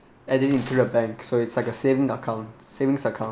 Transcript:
add it into the bank so it's like a saving account savings account